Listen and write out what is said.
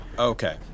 Okay